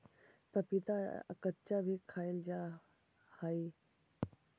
पपीता कच्चा भी खाईल जा हाई हई